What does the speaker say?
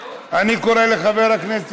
אני קורא לחבר הכנסת,